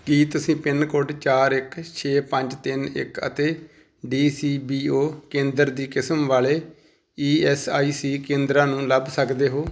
ਕੀ ਤੁਸੀਂ pin code ਚਾਰ ਇੱਕ ਛੇ ਪੰਜ ਤਿੰਨ ਇੱਕ ਅਤੇ ਡੀ ਸੀ ਬੀ ਓ ਕੇਂਦਰ ਦੀ ਕਿਸਮ ਵਾਲੇ ਈ ਐੱਸ ਆਈ ਸੀ ਕੇਂਦਰਾਂ ਨੂੰ ਲੱਭ ਸਕਦੇ ਹੋ